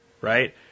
right